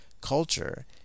culture